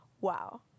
Wow